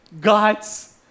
God's